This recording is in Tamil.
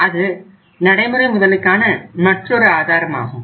அது நடைமுறை முதலுக்கான மற்றொரு ஆதாரமாகும்